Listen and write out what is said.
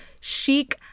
chic